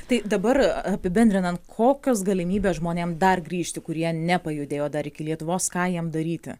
tai dabar apibendrinant kokios galimybės žmonėm dar grįžti kurie nepajudėjo dar iki lietuvos ką jiem daryti